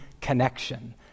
connection